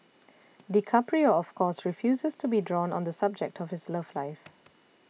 DiCaprio of course refuses to be drawn on the subject of his love life